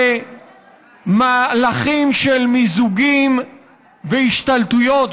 במהלכים של מיזוגים והשתלטויות,